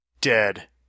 Dead